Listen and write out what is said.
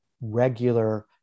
regular